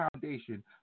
foundation